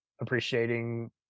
appreciating